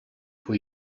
for